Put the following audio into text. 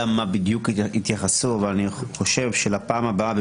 למה בדיוק התייחסו אבל אני חושב שלפעם הבאה,